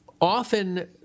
often